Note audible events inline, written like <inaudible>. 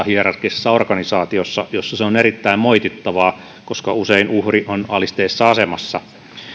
<unintelligible> hierarkkisessa organisaatiossa jossa ne ovat erittäin moitittavia koska usein uhri on alisteisessa asemassa